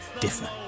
differ